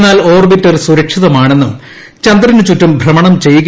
എന്നാൽ ഓർബിറ്റർ സുരക്ഷിതമാണെന്നും ചന്ദ്രനു ചുറ്റും ഭ്രമണം ചെയ്യുകയാണെന്നും ഐ